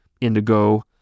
indigo